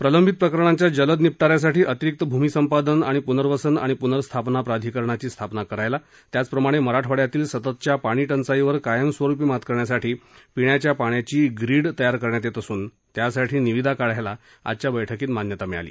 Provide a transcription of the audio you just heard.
प्रलंबित प्रकरणांच्या जलद निपटाऱ्यासाठी अतिरिक्त भूमी संपादन आणि पुनर्वसन आणि पुनर्स्थापना प्राधिकरणांची स्थापना करायला त्याचप्रमाणे मराठवाङ्यातील सततच्या पाणी टंचाईवर कायमस्वरुपी मात करण्यासाठी पिण्याच्या पाण्याची ग्रीड करण्यात येणार असून त्यासाठी निविदा काढायला आजच्या बैठकीत मान्यता मिळाली